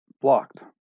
blocked